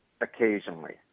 occasionally